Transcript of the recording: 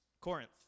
Corinth